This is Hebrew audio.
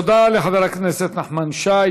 תודה לחבר הכנסת נחמן שי.